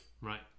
right